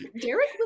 Derek